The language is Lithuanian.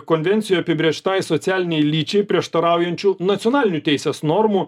konvencijoj apibrėžtai socialinei lyčiai prieštaraujančių nacionalinių teisės normų